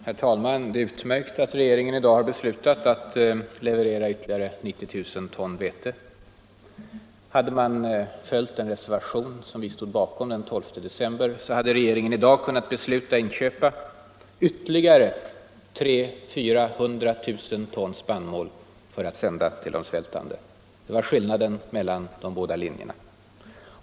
Herr talman! Det är utmärkt att regeringen i dag beslutat att leverera ytterligare 90 000 ton vete. Hade man följt den reservation som folkpartiet stod bakom den 12 december, så hade regeringen i dag kunnat besluta inköpa ytterligare 300 000-400 000 ton spannmål för att sända till de svältande. Det var och är skillnaden mellan de båda linjerna.